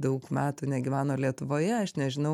daug metų negyveno lietuvoje aš nežinau